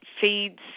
feeds